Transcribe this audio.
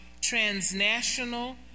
transnational